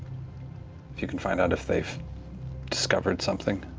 if you can find out if they've discovered something.